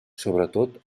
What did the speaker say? sobretot